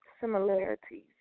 Similarities